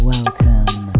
Welcome